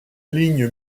ligne